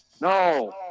No